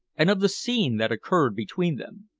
and of the scene that occurred between them.